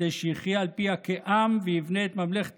כדי שיחיה על פיה כעם ויבנה את ממלכת